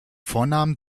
vornamen